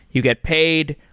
you get paid.